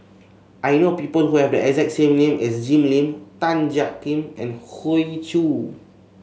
I know people who have the exact name as Jim Lim Tan Jiak Kim and Hoey Choo